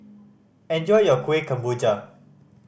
enjoy your Kueh Kemboja